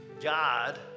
God